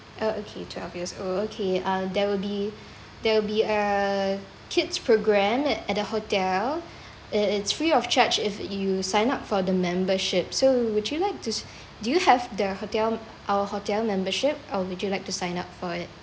oh okay twelve years old okay uh there will be there will be a kids programme at at the hotel it it's free of charge if you sign up for the membership so would you like to do you have the hotel our hotel membership or would you like to sign up for it